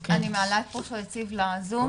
מעלה את פרופסור שאול יציב לזום.